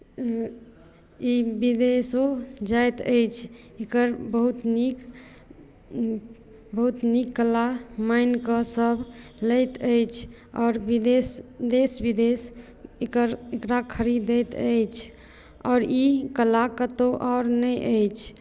ई ई विदेशो जाइत अछि एकर बहुत नीक बहुत नीक बहुत नीक कला मानि कऽ सभ लैत अछि आओर विदेश देश विदेश एकर एकरा खरीदैत अछि आओर ई कला कतहु आओर नहि अछि